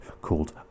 called